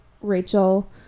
Rachel